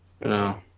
No